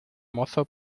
mozo